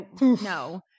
No